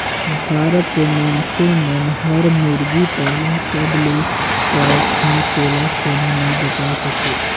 भारत के मइनसे मन हर मुरगी पालन कब ले करत हे तेला कोनो नइ बताय सके